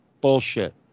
Bullshit